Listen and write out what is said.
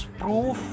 proof